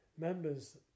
Members